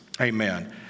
Amen